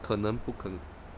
可能不可